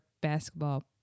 basketball